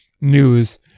news